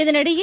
இதனிடையே